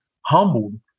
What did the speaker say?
humbled